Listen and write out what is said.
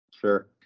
sure